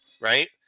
right